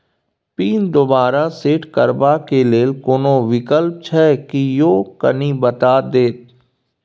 Pin दोबारा set करबा के लेल कोनो विकल्प छै की यो कनी बता देत?